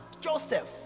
joseph